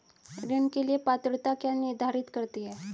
ऋण के लिए पात्रता क्या निर्धारित करती है?